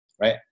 right